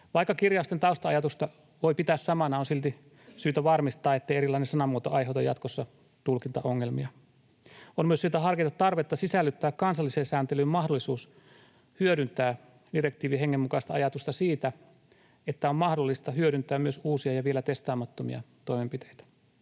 Vaikka kirjausten tausta-ajatusta voi pitää samana, on silti syytä varmistaa, ettei erilainen sanamuoto aiheuta jatkossa tulkintaongelmia. On myös syytä harkita tarvetta sisällyttää kansalliseen sääntelyyn mahdollisuus hyödyntää direktiivin hengen mukaista ajatusta siitä, että on mahdollista hyödyntää myös uusia ja vielä testaamattomia toimenpiteitä.